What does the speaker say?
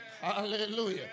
Hallelujah